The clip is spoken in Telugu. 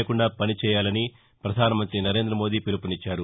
లేకుండా వనిచేయాలని ప్రధానమంతి నరేందమోదీ పిలుపునిచ్చారు